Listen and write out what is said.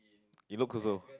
it look also